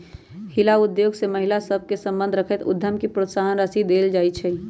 हिला उद्योग में महिला सभ सए संबंध रखैत उद्यम के प्रोत्साहन देल जाइ छइ